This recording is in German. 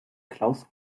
claus